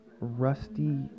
Rusty